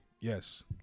Yes